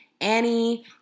Annie